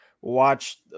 watch